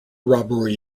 robbery